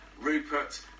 Rupert